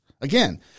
Again